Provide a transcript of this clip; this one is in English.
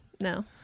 No